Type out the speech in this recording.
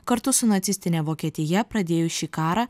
kartu su nacistine vokietija pradėjus šį karą